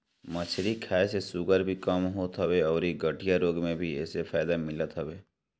मछरी खाए से शुगर भी कम होत हवे अउरी गठिया रोग में भी एसे फायदा मिलत हवे